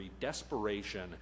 desperation